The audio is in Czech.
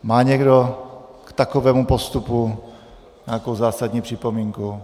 Má někdo k takovému postupu nějakou zásadní připomínku?